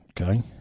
Okay